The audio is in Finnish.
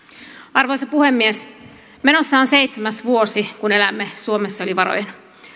arvoisa puhemies menossa on seitsemäs vuosi kun elämme suomessa yli varojen